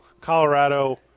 Colorado